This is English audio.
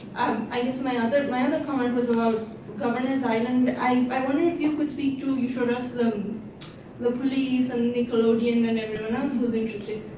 i guess my other my other comment was about governor's island. i wonder if you could speak to, you showed us the the police and nickelodeon, and everyone else was interested.